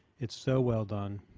it's so well done.